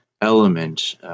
element